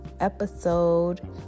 episode